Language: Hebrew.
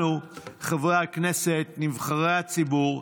לנו, חברי הכנסת נבחרי הציבור,